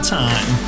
time